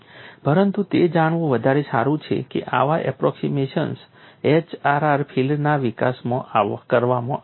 પરંતુ તે જાણવું વધારે સારું છે કે આવા એપ્રોક્સિમેશન્સ HRR ફીલ્ડના વિકાસમાં કરવામાં આવ્યા છે